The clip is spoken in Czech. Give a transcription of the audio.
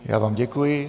Já vám děkuji.